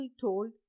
told